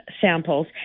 samples